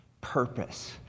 purpose